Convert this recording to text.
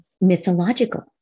mythological